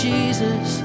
Jesus